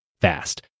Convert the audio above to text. fast